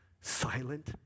silent